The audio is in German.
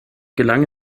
gelang